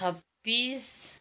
छब्बिस